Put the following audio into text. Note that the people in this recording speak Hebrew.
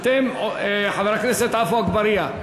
חבר הכנסת עפו אגבאריה.